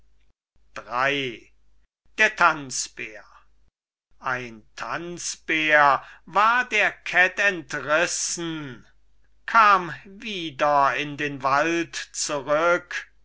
der tanzbär ein tanzbär war der kett entrissen kam wieder in den wald zurück